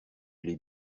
les